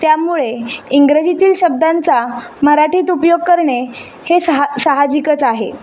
त्यामुळे इंग्रजीतील शब्दांचा मराठीत उपयोग करणे हे सहा साहजिकच आहे